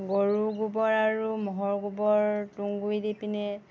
গৰু গোবৰ আৰু ম'হৰ গোবৰ তুঁহগুৰি দি পিনে